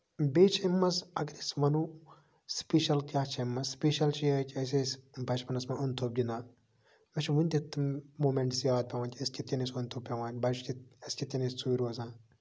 بیٚیہِ چھِ اَمہِ منٛز اَگر أسۍ وَنو سِپیشَل کیٛاہ چھِ اَمہِ منٛز سِپیشَل چھُ یِہوٚے کہِ أسۍ ٲسۍ بَچپَنَس منٛز اوٚن تھوٚپ گِندان أسۍ چھِ ؤنہِ تہِ تِم موٗمٮ۪نٹٕس یاد پٮ۪وان کہِ أسۍ کِتھ کَنۍ ٲسۍ اوٚن تھوٚپ پٮ۪وان بَچہٕ کِتھ ٲسۍ کِتھ کَنۍ ٲسۍ ژوٗرِ روزان